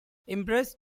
impressed